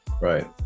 right